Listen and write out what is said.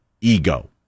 ego